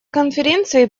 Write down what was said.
конференции